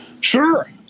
Sure